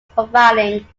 providing